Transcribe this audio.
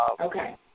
Okay